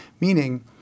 Meaning